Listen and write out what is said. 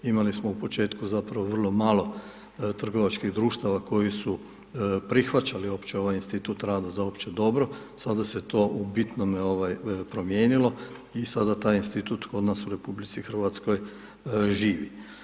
Imali smo u početku zapravo vrlo malo trgovačkih društava koji su prihvaćali uopće ovaj institut rada za opće dobro, sada se to u bitnome promijenilo i sad taj institut kod nas u RH živi.